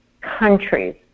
countries